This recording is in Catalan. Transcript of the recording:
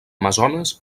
amazones